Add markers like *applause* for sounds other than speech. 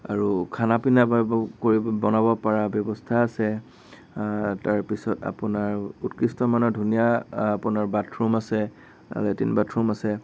আৰু খানা পিনা *unintelligible* কৰিব বনাব পৰা ব্যৱস্থা আছে তাৰপিছত আপোনাৰ উৎকৃষ্টমানৰ ধুনীয়া আপোনাৰ বাথৰুম আছে লেট্ৰিন বাথৰুম আছে